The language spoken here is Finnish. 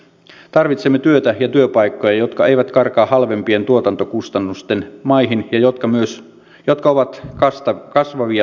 tarvitsemme työtä ja työpaikkoja jotka eivät karkaa halvempien tuotantokustannusten maihin ja jotka ovat kasvavia vientialoja